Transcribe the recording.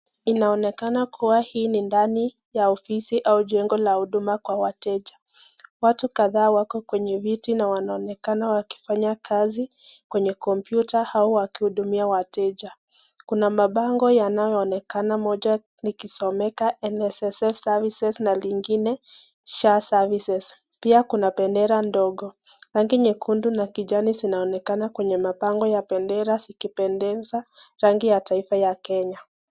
Inaonekana kuwa hii ni ndani ya ofisi au jengo la huduma kwa wateja. Watu kadhaa wako kwenye viti na wanaonekana wakifanya kazi kwenye kompyuta au wakihudumia wateja. Kuna mabango yanayoonekana moja likisomeka NSSF services na lingine SHA services .Pia kuna bendera ndogo rangi nyekundu na kijani zinaonekana kwenye mabango ya bendera zikipendeza rangi ya taifa ya kenya.